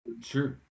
Sure